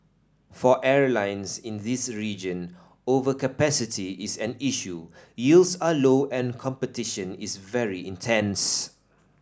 for airlines in this region overcapacity is an issue yields are low and competition is very intense